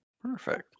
Perfect